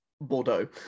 Bordeaux